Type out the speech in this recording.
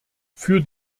für